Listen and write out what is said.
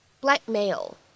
blackmail